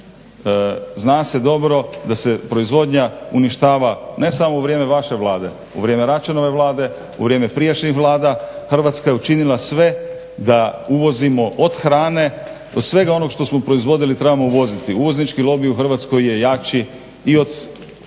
vlast. Zna se dobro da se proizvodnja uništava ne samo u vrijeme vaše Vlade, u vrijeme Račanove Vlade, u vrijeme prijašnjih Vlada. Hrvatska je učinila sve da uvozimo od hrane do svega onog što smo proizvodili trebamo uvoziti. Uvoznički lobij u Hrvatskoj je jači i od